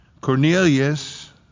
Cornelius